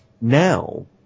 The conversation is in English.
now